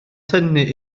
tynnu